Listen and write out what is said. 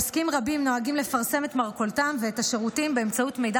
עוסקים רבים נוהגים לפרסם את מרכולתם ואת שירותיהם באמצעות מידע